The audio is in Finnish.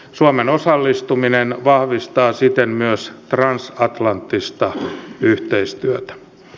suomen osallistuminen vahvistaa siten myös transatlanttista yhteistyötä